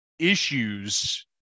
issues